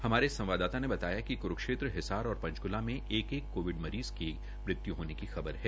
हमारे संवाददाता ने कुरूक्षेत्र हिसार और पंचकूला में एक एक कोविड मरीज की मृत्य होने की खबर है